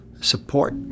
support